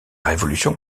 révolution